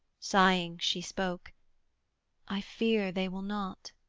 sighing she spoke i fear they will not